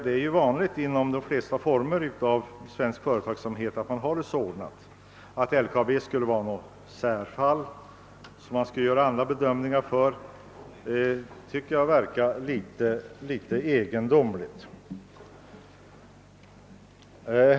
Det är ju vanligt inom svenska företag att man ordnar det så. Jag tycker det verkar litet egendomligt, om LKAB i det fallet skulle inta en särställning.